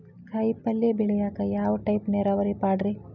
ಕಾಯಿಪಲ್ಯ ಬೆಳಿಯಾಕ ಯಾವ ಟೈಪ್ ನೇರಾವರಿ ಪಾಡ್ರೇ?